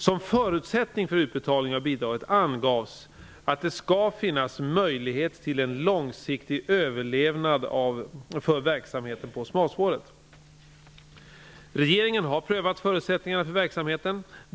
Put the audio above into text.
Som förutsättning för utbetalning av bidraget angavs att det skall finnas möjlighet till en långsiktig överlevnad för verksamheten på smalspåret. Regeringen har prövat förutsättningarna för verksamheten.